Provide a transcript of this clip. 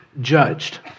judged